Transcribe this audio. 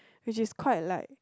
which is quite like